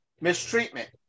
mistreatment